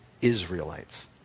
Israelites